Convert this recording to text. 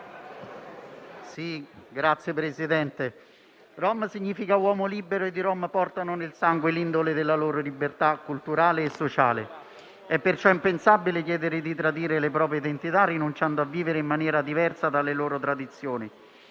Signor Presidente, rom significa uomo libero e i rom portano nel sangue l'indole della loro libertà culturale e sociale. È perciò impensabile chiedere di tradire le proprie identità rinunciando a vivere in maniera diversa dalle loro tradizioni.